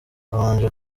habanje